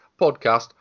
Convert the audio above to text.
podcast